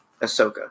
Ahsoka